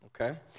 okay